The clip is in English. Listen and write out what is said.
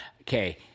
Okay